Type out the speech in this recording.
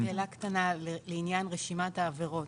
שאלה קטנה לעניין רשימת העבירות